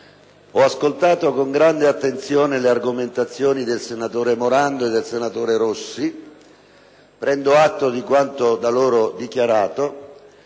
Ho ascoltato con grande attenzione le argomentazioni del senatore Morando e del senatore Rossi e prendo atto di quanto da loro dichiarato.